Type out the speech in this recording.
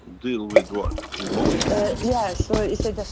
deal with what? emotions? yeah so he said,